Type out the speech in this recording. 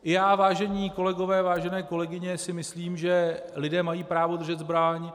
I já, vážení kolegové, vážené kolegyně, si myslím, že lidé mají právo držet zbraň.